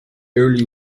early